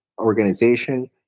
organization